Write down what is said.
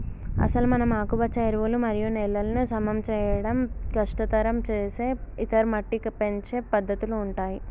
అసలు మనం ఆకుపచ్చ ఎరువులు మరియు నేలలను సమం చేయడం కష్టతరం సేసే ఇతర మట్టి పెంచే పద్దతుల ఉంటాయి